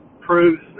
proves